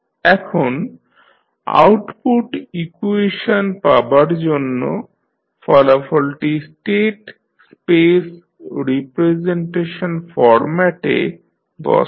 এখন output equation পাবার জন্য ফলাফলটি স্টেট স্পেস রিপ্রেজেনটেশন ফরম্যাটে বসান